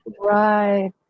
right